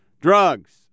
drugs